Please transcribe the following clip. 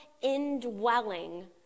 indwelling